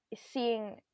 Seeing